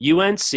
UNC